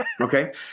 Okay